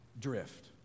drift